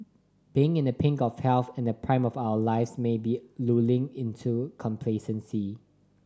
being in the pink of health and the prime of our lives may also be lulling into complacency